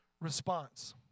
Response